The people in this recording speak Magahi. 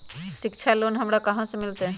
शिक्षा लोन हमरा कहाँ से मिलतै?